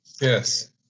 Yes